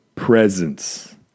presence